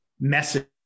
message